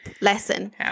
lesson